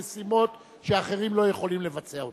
אנחנו מבקשים אותך רק במשימות שאחרים לא יכולים לבצע אותן.